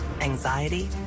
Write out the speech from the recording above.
anxiety